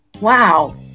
Wow